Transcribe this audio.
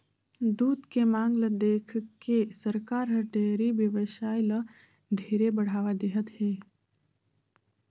दूद के मांग ल देखके सरकार हर डेयरी बेवसाय ल ढेरे बढ़ावा देहत हे